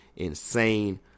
insane